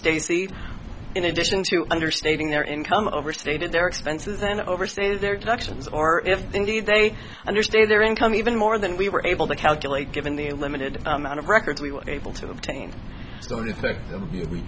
stacy in addition to understating their income overstated their expenses and overstay their deductions or if indeed they understand their income even more than we were able to calculate given the limited amount of records we were able to obtain